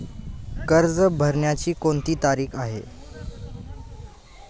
कर्ज भरण्याची कोणती तारीख आहे?